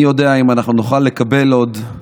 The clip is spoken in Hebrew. מי יודע אם אנחנו נוכל לקבל עוד,